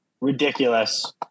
Ridiculous